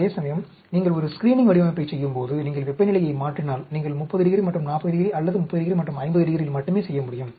அதேசமயம் நீங்கள் ஒரு ஸ்கிரீனிங் வடிவமைப்பைச் செய்யும்போது நீங்கள் வெப்பநிலையை மாற்றினால் நீங்கள் 30 ° மற்றும் 40 ° அல்லது 30 ° மற்றும் 50 ° இல் மட்டுமே செய்ய முடியும்